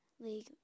league